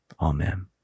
Amen